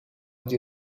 die